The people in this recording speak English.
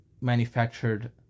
manufactured